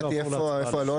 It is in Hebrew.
ויהיו.